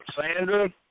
Sandra